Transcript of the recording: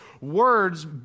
words